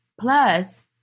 Plus